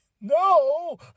No